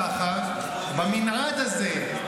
ככה במנעד הזה,